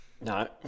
No